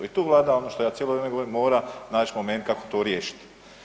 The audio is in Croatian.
I tu Vlada ono što ja cijelo vrijeme govorim naći moment kako to riješiti.